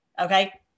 okay